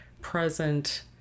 present